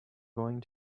going